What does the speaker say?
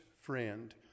friend